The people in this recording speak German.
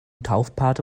taufpate